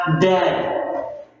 dead